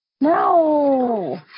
No